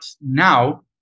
now